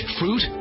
fruit